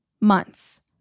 months